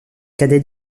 cadet